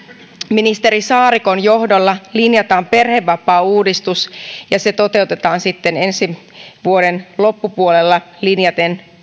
ministeri saarikon johdolla linjataan perhevapaauudistus ja se toteutetaan sitten ensi vuoden loppupuolella linjaten